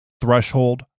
threshold